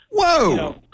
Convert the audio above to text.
Whoa